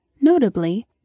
Notably